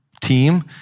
team